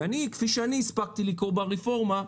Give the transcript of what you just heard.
וכפי שהספקתי לקרוא ברפורמה,